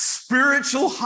spiritual